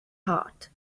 heart